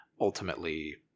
ultimately